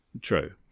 True